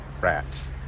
Rats